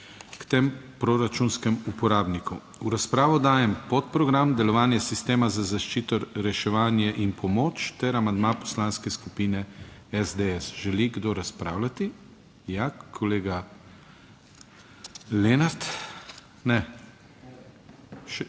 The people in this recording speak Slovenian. k temu proračunskemu uporabniku. V razpravo dajem podprogram Delovanje sistema za zaščito, reševanje in pomoč ter amandma Poslanske skupine SDS. Želi kdo razpravljati? Ja, kolega Lenart. Ne? /